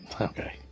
Okay